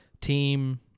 team